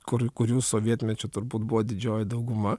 kur kurių sovietmečiu turbūt buvo didžioji dauguma